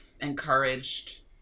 encouraged